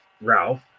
ralph